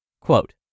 Quote